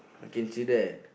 I can see that